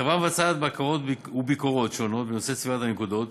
החברה מבצעת בקרות וביקורות שונות בנושא צבירת הנקודות.